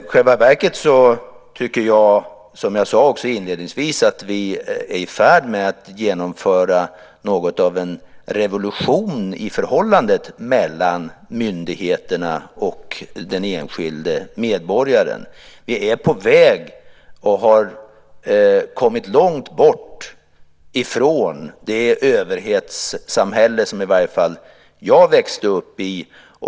I själva verket tycker jag, som jag också sade inledningsvis, att vi är i färd med att genomföra något av en revolution i förhållandet mellan myndigheterna och den enskilde medborgaren. Vi har kommit långt bort från det överhetssamhälle som i varje fall jag växte upp i.